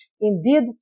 indeed